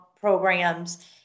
programs